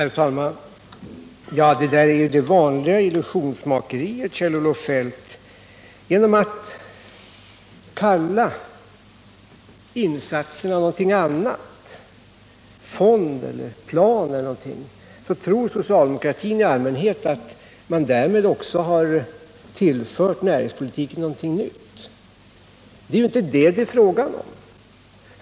Herr talman! Det där är det vanliga illusionsmakeriet. Genom att kalla insatserna någonting annat — fond eller plan — tror socialdemokratin att man har tillfört näringspolitiken någonting nytt. Det är ju inte detta det är fråga om.